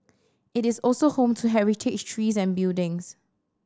it is also home to heritage trees and buildings